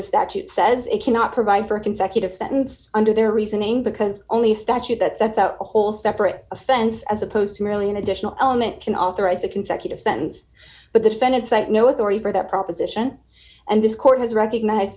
the statute says it cannot provide for a consecutive sentence under their reasoning because only statute that sets out a whole separate offense as opposed to merely an additional element can authorize a consecutive sentence but the defendant cite no authority for that proposition and this court has recognize